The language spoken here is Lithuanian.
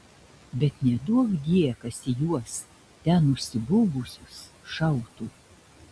bet neduokdie kas į juos ten užsibuvusius šautų